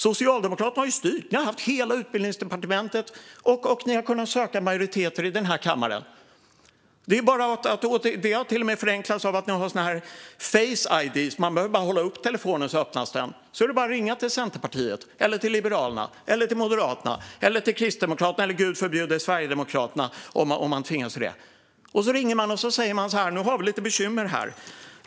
Socialdemokraterna har styrt. Ni har haft hela Utbildningsdepartementet, och ni har kunnat söka majoriteter i kammaren. Det har till och med förenklats av att ni har face ID. Man behöver bara hålla upp telefonen så öppnas den. Sedan är det bara att ringa till Centerpartiet, Liberalerna, Moderaterna, Kristdemokraterna eller, gud förbjude, Sverigedemokraterna om man tvingas till det. Man ringer och säger: Nu har vi lite bekymmer här.